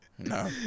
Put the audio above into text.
No